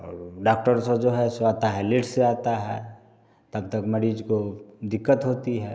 और डाक्टर साहब जो है सो आता है लेट से आता है तब तक मरीज को दिक्कत होती है